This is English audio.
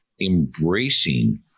embracing